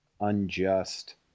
unjust